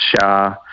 Shah